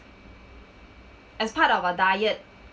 as part of our diet